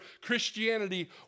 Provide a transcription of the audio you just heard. Christianity